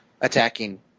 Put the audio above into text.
attacking